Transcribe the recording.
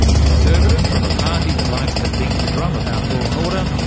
a conservative from a party that likes to beat the drum about law and order,